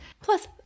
Plus